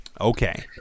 Okay